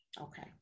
Okay